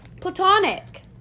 Platonic